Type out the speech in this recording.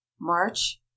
March